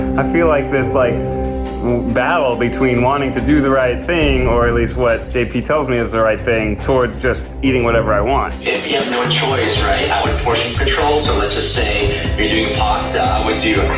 i feel like this like battle between wanting to do the right thing, or at least what jp tells me is the right thing, towards just eating whatever i want. if you have no choice right, i would apportion control like so lets just say you're doing pasta, i would do